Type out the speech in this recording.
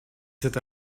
c’est